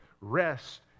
rest